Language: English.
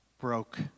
broke